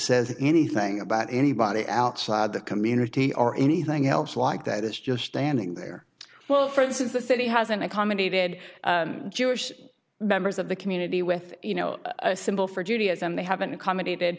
says anything about anybody outside the community or anything else like that is just standing there well for instance the city hasn't accommodated jewish members of the community with you know a symbol for judaism they haven't